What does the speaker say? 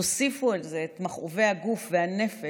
תוסיפו על זה מכאובי את הגוף והנפש